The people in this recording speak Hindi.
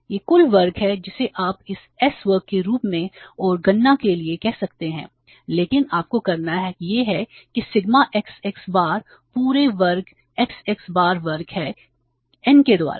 यह कुल वर्ग है जिसे आप इसे s वर्ग के रूप में और गणना के लिए कह सकते हैं लेकिन आपको करना यह है कि सिग्मा x x बार पूरे वर्ग x x बार वर्ग है n के द्वारा